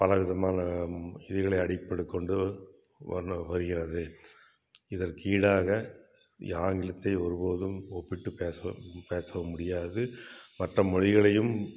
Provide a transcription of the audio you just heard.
பலவிதமான இதுகளை அடிப்படை கொண்டு வருகிறது இதற்கு ஈடாக ஆங்கிலத்தை ஒருபொழுதும் ஒப்பிட்டு பேச பேசவும் முடியாது மற்ற மொழிகளையும்